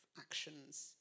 actions